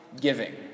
giving